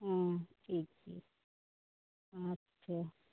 ᱦᱚᱸ ᱴᱷᱤᱠ ᱜᱮᱭᱟ ᱟᱪᱪᱷᱟ